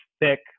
thick